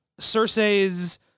Cersei's